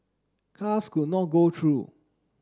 cars could not go through